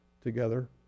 together